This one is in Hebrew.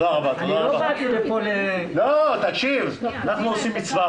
אנחנו עושים מצווה